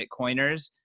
bitcoiners